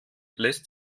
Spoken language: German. lässt